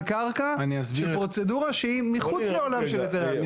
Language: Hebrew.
קרקע שפרוצדורה שהיא מחוץ לעולם של היתרי הבנייה.